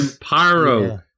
pyro